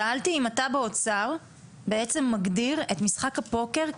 שאלתי אם אתה באוצר בעצם מגדיר את משחק הפוקר כהימור,